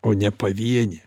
o ne pavienė